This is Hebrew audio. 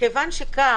מכיוון שכך,